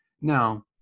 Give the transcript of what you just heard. Now